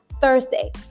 Thursday